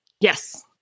Yes